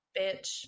bitch